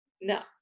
No